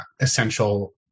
essential